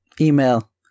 email